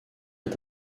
est